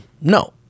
No